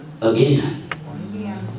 again